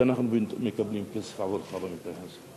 כי אנחנו מקבלים כסף עבורך, במקרה הזה.